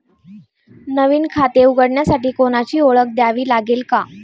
नवीन खाते उघडण्यासाठी कोणाची ओळख द्यावी लागेल का?